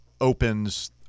opens